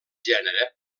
gènere